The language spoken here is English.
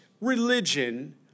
religion